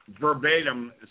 verbatim